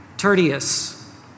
tertius